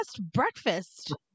breakfast